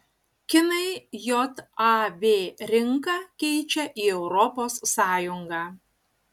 kinai jav rinką keičia į europos sąjungą